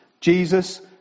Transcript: Jesus